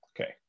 Okay